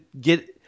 get